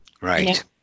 Right